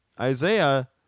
Isaiah